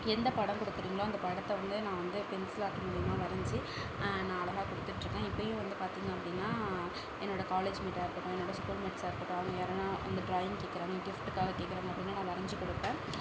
எந்த படம் கொடுக்கறீங்களோ அந்த படத்தை வந்து நான் வந்து பென்சில் ஆர்ட் மூலியுமாக வரஞ்சு நான் அழகாக கொடுத்துட்ருக்கேன் இப்பையும் வந்து பார்த்தீங்க அப்படின்னா என்னோட காலேஜ்மேட்டாக இருக்கட்டும் என்னோட ஸ்கூல்மேட்ஸாக இருக்கட்டும் அவங்க யார்னா வந்து டிராயிங் கேட்கறாங்க கிஃப்ட்டுக்காக கேட்கறாங்க அப்படின்னா நான் வரஞ்சு கொடுப்பேன்